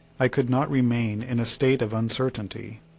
i could not remain in a state of uncertainty.